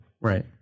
Right